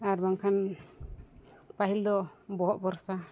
ᱟᱨ ᱵᱟᱝᱠᱷᱟᱱ ᱯᱟᱹᱦᱤᱞ ᱫᱚ ᱵᱚᱦᱚᱜ ᱵᱚᱨᱥᱟ